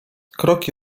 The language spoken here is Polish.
kroki